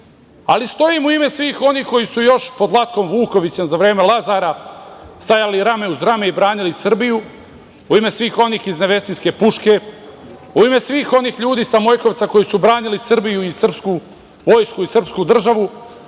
ali stojim i u ime svih onih koji su još pod Vlatkom Vukovićem za vreme Lazara stajali rame uz rame i branili Srbiju, u ime svih onih iz Nevesinjske puške, u ime svih onih ljudi sa Mojkovca koji su branili Srbiju i srpsku vojsku i srpsku državu,